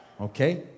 Okay